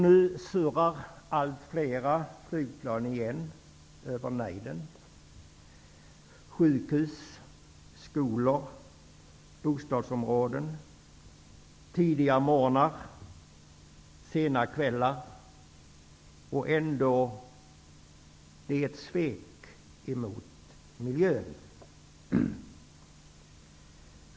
Nu surrar allt fler flygplan återigen över nejden. De surrar över sjukhus, skolor och bostadsområden under tidiga morgnar och sena kvällar. Detta är ett svek mot miljön.